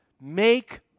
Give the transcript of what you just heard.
make